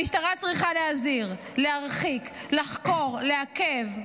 המשטרה צריכה להזהיר, להרחיק, לחקור, לעכב,